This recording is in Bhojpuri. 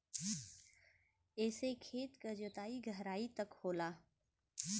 एसे खेत के जोताई गहराई तक होला